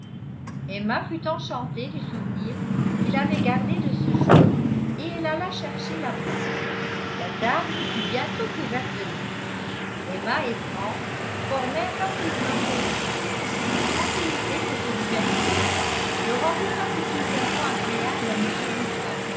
emma fut enchantée du souvenir qu'il avait gardé de ce jeu et elle alla chercher la boîte la table fut bientôt couverte de lettres emma et frank formèrent rapidement des mots la tranquillité de ce divertissement le rendait particulièrement agréable à